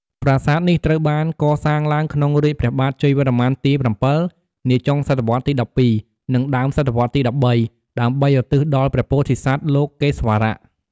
ប្រាសាទនេះត្រូវបានកសាងឡើងក្នុងរាជ្យព្រះបាទជ័យវរ្ម័នទី ៧ នាចុងសតវត្សរ៍ទី ១២ និងដើមសតវត្សរ៍ទី ១៣ ដើម្បីឧទ្ទិសដល់ព្រះពោធិសត្វលោកេស្វរៈ។